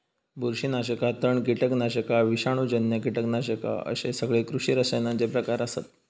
बुरशीनाशका, तण, कीटकनाशका, विषाणूजन्य कीटकनाशका अश्ये सगळे कृषी रसायनांचे प्रकार आसत